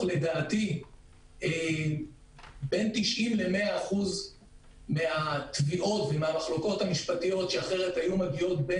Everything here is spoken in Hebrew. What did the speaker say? לדעתי בין 90% ל-100% מהתביעות ומהמחלוקות המשפטיות שהיו מגיעות אחרת.